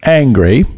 angry